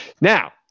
Now